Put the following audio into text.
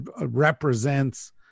represents